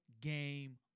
game